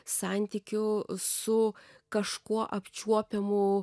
santykių su kažkuo apčiuopiamu